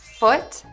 foot